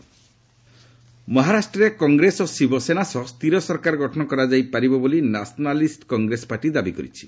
ମହା ପଲିଟିକ୍ନ ମହାରାଷ୍ଟ୍ରରେ କଂଗ୍ରେସ ଓ ଶିବସେନା ସହ ସ୍ଥିର ସରକାର ଗଠନ କରାଯାଇ ପାରିବ ବୋଲି ନ୍ୟାସନାଲିଷ୍ଟ କଂଗ୍ରେସ ପାର୍ଟି ଦାବି କରିଛି